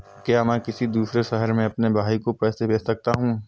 क्या मैं किसी दूसरे शहर में अपने भाई को पैसे भेज सकता हूँ?